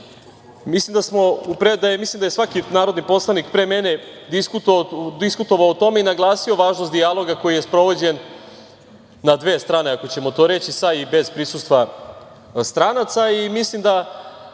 Mislim da je svaki narodni poslanik pre mene diskutovao o tome i naglasio važnost dijaloga koji je sprovođen na dve strane, ako ćemo to reći, sa i bez prisustva stranaca